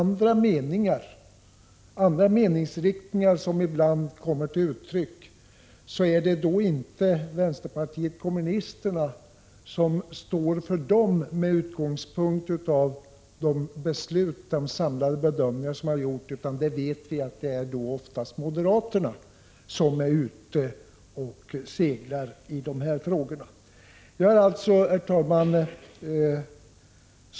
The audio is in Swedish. När avvikande meningsriktningar ibland kommer till uttryck, är det inte vänsterpartiet kommunisterna som står för dem, utan vi vet att det då oftast är moderaterna som är ”ute och seglar”. Herr talman!